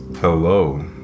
Hello